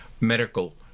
medical